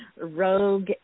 rogue